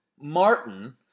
Martin